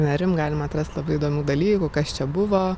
nerim galima atrast labai įdomių dalykų kas čia buvo